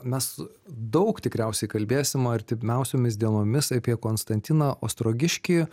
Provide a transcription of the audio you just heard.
mes daug tikriausiai kalbėsim artimiausiomis dienomis apie konstantiną ostrogiškį